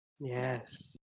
Yes